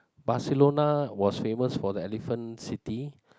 Barcelona was famous for the elephant city